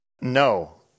No